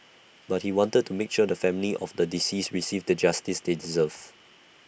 but he wanted to make sure the family of the deceased received the justice they deserve